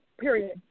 period